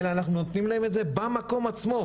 אלא אנחנו נותנים להם את זה במקום עצמו,